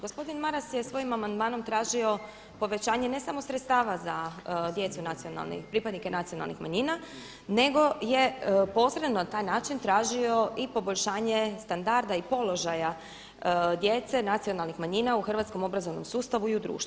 Gospodin Maras je svojim amandmanom tražio povećanje ne samo sredstava za djecu nacionalnih, pripadnike nacionalnih manjina nego je posredno na taj način tražio i poboljšanje standarda i položaja djece nacionalnih manjina u hrvatskom obrazovnom sustavu i u društvu.